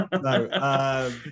No